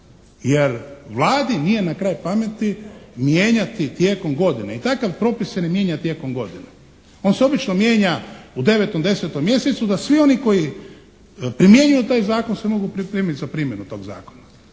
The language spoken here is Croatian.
jer Vladi nije na kraj pameti mijenjati tijekom godine i takav propis se ne mijenja tijekom godine. On se obično mijenja u 9., 10. mjesecu da svi oni koji primjenjuju taj zakon se mogu pripremiti za primjenu tog zakona.